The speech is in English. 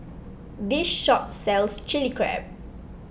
this shop sells Chilli Crab